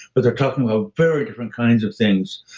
but they're talking about very different kinds of things.